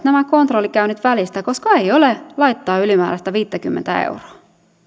nämä kontrollikäynnit välistä koska ei ole laittaa ylimääräistä viittäkymmentä euroa